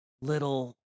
Little